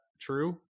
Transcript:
true